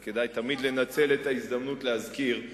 אז כדאי תמיד לנצל את ההזדמנות להזכיר,